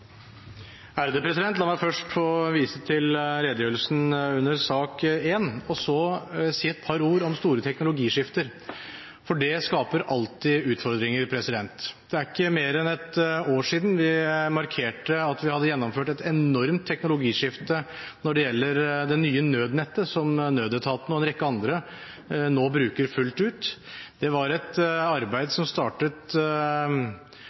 redegjørelsen under sak 1, og så si et par ord om store teknologiskifter, for det skaper alltid utfordringer. Det er ikke mer enn et år siden vi markerte at vi hadde gjennomført et enormt teknologiskifte når det gjelder det nye nødnettet som nødetatene og en rekke andre nå bruker fullt ut. Det var et